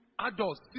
adults